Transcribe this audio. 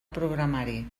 programari